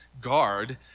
Guard